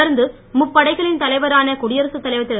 தொடர்ந்து முப்படைகளின் தலைவரான குடியரசுத் தலைவர் திரு